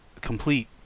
complete